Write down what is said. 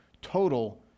total